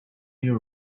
you